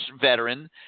veteran